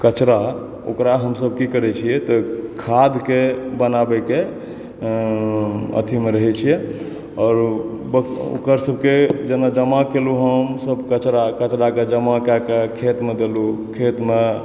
कचरा ओकरा हमसब की करै छियै तऽ खादके बनाबैके अथी मे रहै छियै आओर ओकरा सबके जेना जमा केलहुॅं हमसब कचरा कचरा के जमा कए कऽ खेतमे देलहुॅं खेतमे